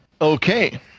Okay